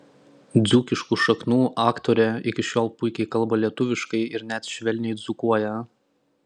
dzūkiškų šaknų aktorė iki šiol puikiai kalba lietuviškai ir net švelniai dzūkuoja